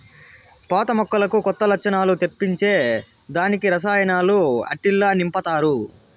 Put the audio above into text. పాత మొక్కలకు కొత్త లచ్చణాలు తెప్పించే దానికి రసాయనాలు ఆట్టిల్ల నింపతారు